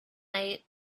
night